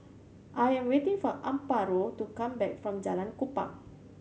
I am waiting for Amparo to come back from Jalan Kupang